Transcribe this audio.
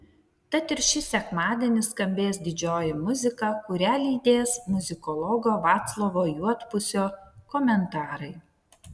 tad ir šį sekmadienį skambės didžioji muzika kurią lydės muzikologo vaclovo juodpusio komentarai